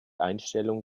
einstellung